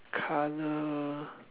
colour